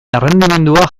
errendimendua